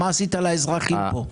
מה עשית לאזרחים פה?